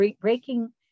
breaking